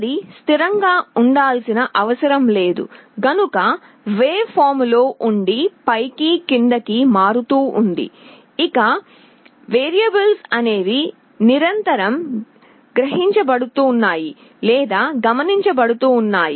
అది స్థిరంగా ఉండాల్సిన అవసరం లేదు గనుక వేవ్ ఫార్మ్ లో ఉండి పైకి కిందకి మారుతూ ఉంది ఇక వేరియబుల్స్ అనేవి నిరంతరం గ్రహించబడుతున్నాయి లేదా గమనించబడుతున్నాయి